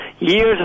Years